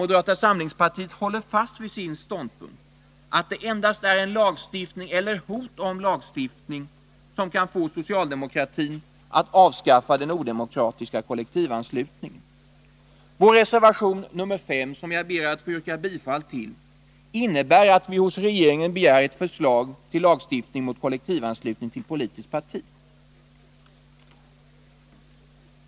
Moderata samlingspartiet håller fast vid sin ståndpunkt att det endast är en lagstiftning eller hot om lagstiftning som kan få socialdemokratin att avskaffa den odemokratiska kollektivanslutningen. Vår reservation nr 5, som jag ber att få yrka bifall till, innebär att vi hos regeringen begär förslag till lagstiftning mot kollektivanslutning till politiskt parti.